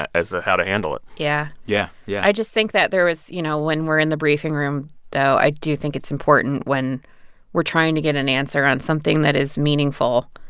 as to how to handle it yeah yeah. yeah i just think that there was you know, when we're in the briefing room though, i do think it's important when we're trying to get an answer on something that is meaningful,